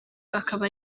akaba